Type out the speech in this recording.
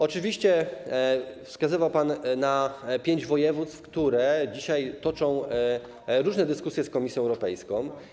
Oczywiście wskazywał pan pięć województw, które dzisiaj toczą różne dyskusje z Komisją Europejską.